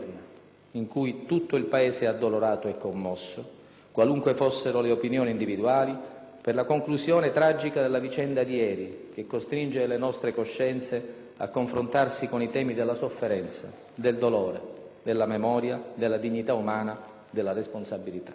in cui tutto il Paese è addolorato e commosso, qualunque fossero le opinioni individuali, per la conclusione tragica della vicenda di ieri, che costringe le nostre coscienze a confrontarsi con i temi della sofferenza, del dolore, della memoria, della dignità umana, della responsabilità.